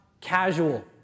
casual